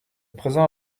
présent